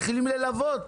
מתחילים ללוות,